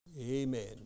Amen